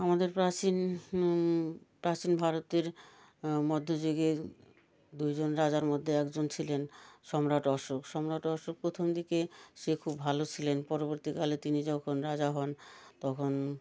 আমাদের প্রাচীন প্রাচীন ভারতের মধ্যযুগে দুজন রাজার মধ্যে একজন ছিলেন সম্রাট অশোক সম্রাট অশোক প্রথম দিকে সে খুব ভালো ছিলেন পরবর্তীকালে তিনি যখন রাজা হন তখন